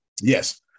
yes